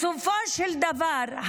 בסופו של דבר,